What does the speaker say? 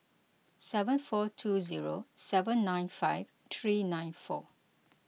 seven four two zero seven nine five three nine four